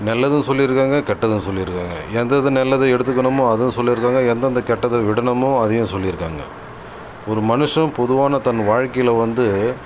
நல்லதும் சொல்லி இருக்காங்க கெட்டதும் சொல்லி இருக்காங்க எதுஎது நல்லது எடுத்துக்கணுமோ அதுவும் சொல்லி இருக்காங்க எந்ததெந்த கெட்டது விடணுமோ அதையும் சொல்லி இருக்காங்க ஒரு மனுஷன் பொதுவான தன் வாழ்க்கையில் வந்து